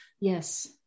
Yes